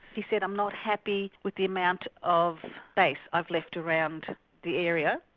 he said i'm not happy with the amount of space i've left around the area,